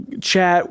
chat